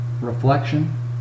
reflection